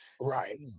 Right